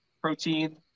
protein